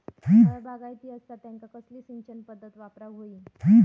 फळबागायती असता त्यांका कसली सिंचन पदधत वापराक होई?